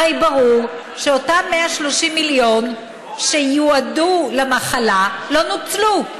הרי ברור שאותם 130 מיליון שיועדו למחלה לא נוצלו.